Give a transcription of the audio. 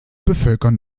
bevölkern